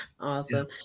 Awesome